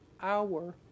hour